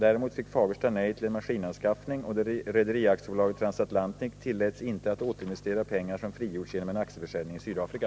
Däremot fick Fagersta nej till en maskinanskaffning, och Rederiaktiebolaget Transatlantic tilläts inte att återinvestera pengar som frigjorts genom aktieförsäljning i Sydafrika.